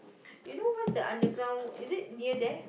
you know where's the underground is it near there